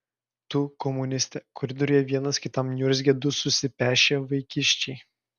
tu komuniste koridoriuje vienas kitam niurzgia du susipešę vaikiščiai